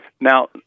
Now